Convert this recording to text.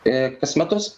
kas metus